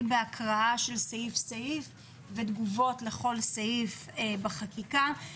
בהקראה של סעיפי החוק ותגובות לכל סעיף בחקיקה.